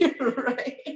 Right